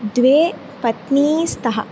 द्वे पत्नी स्तः